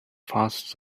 first